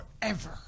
forever